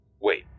Wait